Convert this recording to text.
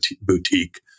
boutique